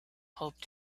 hoped